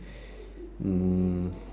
mm